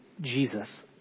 Jesus